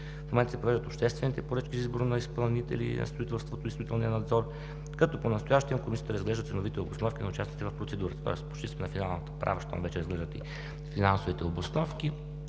В момента се провеждат обществени поръчки за избор на изпълнители на строителство и строителен надзор, като понастоящем комисията разглежда ценовите обосновки на участниците в процедурата – почти сме на финалната права, щом вече излязат и финансовите обосновки.